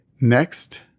Next